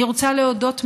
אני רוצה להודות מאוד,